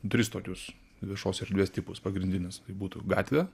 tris tokius viešos erdvės tipus pagrindinis tai būtų gatvė